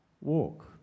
walk